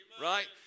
Right